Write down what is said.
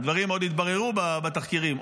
והדברים עוד יתבררו בתחקירים,